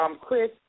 Chris